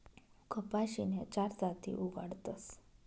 कपाशीन्या चार जाती उगाडतस